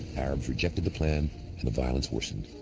arabs rejected the plan, and the violence worsened.